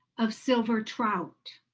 of silver trout.